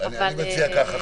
בהצלחה למצוא את הממונה ככה.